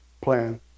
plan